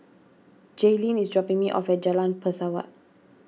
Jaylin is dropping me off at Jalan Pesawat